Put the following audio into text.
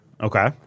okay